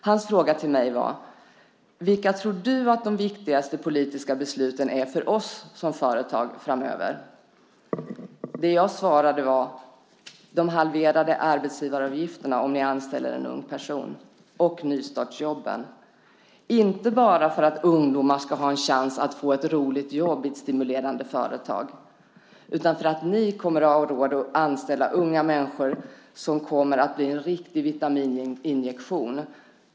Hans fråga till mig var: Vilka tror du att de viktigaste politiska besluten är för oss som företag framöver? Det jag svarade var: De halverade arbetsgivaravgifterna om ni anställer en ung person och nystartsjobben, inte bara för att ungdomar ska ha en chans att få ett roligt jobb i ett stimulerande företag utan för att ni kommer att ha råd att anställa unga människor som kommer att bli en riktig vitamininjektion.